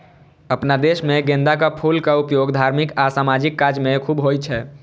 अपना देश मे गेंदाक फूलक उपयोग धार्मिक आ सामाजिक काज मे खूब होइ छै